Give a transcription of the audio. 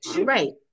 Right